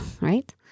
right